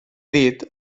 dit